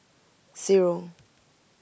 zero